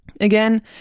Again